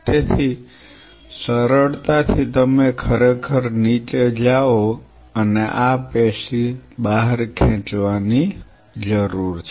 તેથી સરળતાથી તમે ખરેખર નીચે જાઓ અને આ પેશી બહાર ખેંચવાની જરૂર છે